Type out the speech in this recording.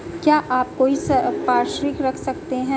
क्या आप कोई संपार्श्विक रख सकते हैं?